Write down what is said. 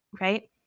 right